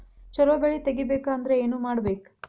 ಛಲೋ ಬೆಳಿ ತೆಗೇಬೇಕ ಅಂದ್ರ ಏನು ಮಾಡ್ಬೇಕ್?